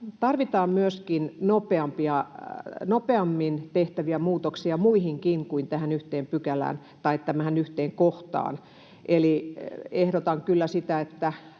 tarvitaan nopeammin tehtäviä muutoksia muihinkin kuin tähän yhteen kohtaan. Eli ehdotan kyllä sitä, että